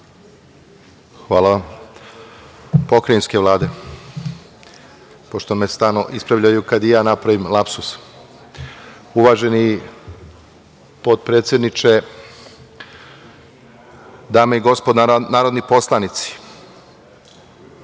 pokrajinske Vlade, pošto me stalno ispravljaju kad i ja napravim lapsus. Uvaženi potpredsedniče, dame i gospodo narodni poslanici,